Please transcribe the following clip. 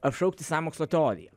apšaukti sąmokslo teorija